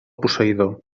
posseïdor